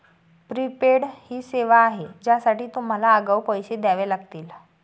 prepaid ही सेवा आहे ज्यासाठी तुम्हाला आगाऊ पैसे द्यावे लागतील